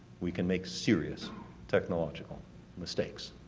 we can make serious technological mistakes.